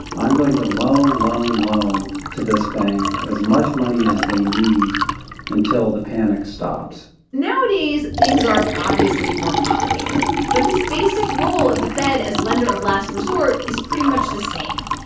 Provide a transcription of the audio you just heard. i'm going to loan, loan, loan to this bank as much money as they need until the panic stops nowadays, things are obviously more complicated. but this basic role of the fed as lender of last resort is pretty much the same.